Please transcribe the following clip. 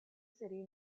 city